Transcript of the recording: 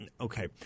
Okay